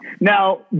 Now